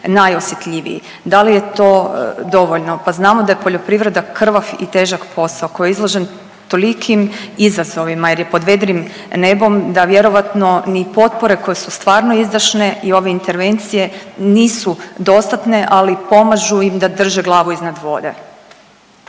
najosjetljiviji. Da li je to dovoljno? Pa znamo da je poljoprivreda krvav i težak posao koji je izložen tolikim izazovima jer je pod vedrim nebom da vjerojatno ni potpore koje su stvarno izdašne i ove intervencije nisu dostatne, ali pomažu im da drže glavu iznad vode.